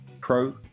pro